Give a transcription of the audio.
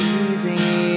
easy